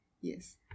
Yes